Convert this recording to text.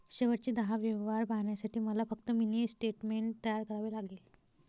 शेवटचे दहा व्यवहार पाहण्यासाठी मला फक्त मिनी स्टेटमेंट तयार करावे लागेल